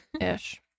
ish